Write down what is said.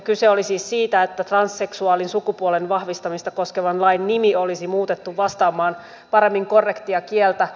kyse oli siis siitä että transseksuaalin sukupuolen vahvistamista koskevan lain nimi olisi muutettu vastaamaan paremmin korrektia kieltä